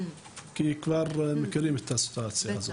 כי כבר מכירים את הסיטואציה הזאת.